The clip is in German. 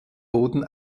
boden